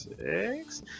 six